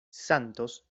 santos